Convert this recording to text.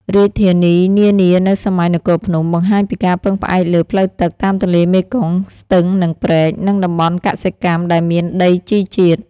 រាជធានីនានានៅសម័យនគរភ្នំ បង្ហាញពីការពឹងផ្អែកលើ ផ្លូវទឹក តាមទន្លេមេគង្គ ស្ទឹង និងព្រែក និង តំបន់កសិកម្ម ដែលមានដីជីជាតិ។